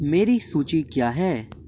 मेरी सूचि क्या है